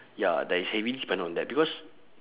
ya that is heavily dependant on that because